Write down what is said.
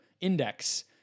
Index